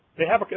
they have